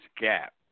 gap